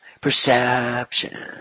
perception